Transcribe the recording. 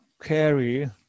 carry